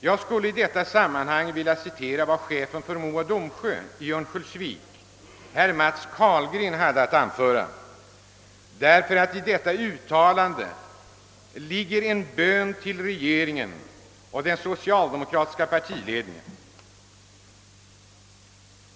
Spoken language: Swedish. Jag skulle i detta sammanhang vilja citera vad chefen för Mo och Domsjö i Örnsköldsvik, herr Matts Carlgren, hade att anföra, därför att i detta uttalande ligger en bön till regeringen och den socialdemokratiska partiledningen.